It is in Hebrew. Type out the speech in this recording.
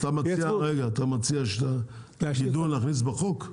רגע, אתה מציע שאת הגידול נכנסי לחוק?